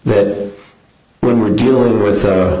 that when we're dealing with